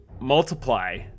multiply